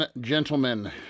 gentlemen